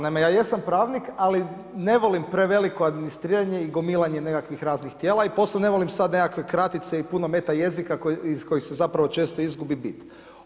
Naime, ja jesam pravnik ali ne volim preveliko administriranje i gomilanje nekakvih raznih tijela i posebno ne volim sad nekakve kratice i puno meta jezika iz kojih se zapravo često izgubi bit.